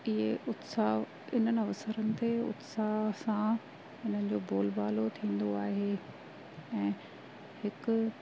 इहे उत्साह इन अवसरनि ते उत्साह सां हिननि जो बोल बालो थींदो आहे ऐं हिकु